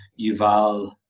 Yuval